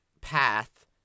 path